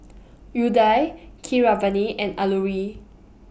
Udai Keeravani and Alluri